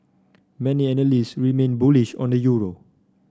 many remain bullish on the euro